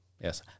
Yes